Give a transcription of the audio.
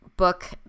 book